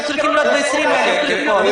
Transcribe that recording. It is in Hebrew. היינו צריכים להיות עם 20,000 בדיקות.